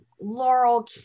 Laurel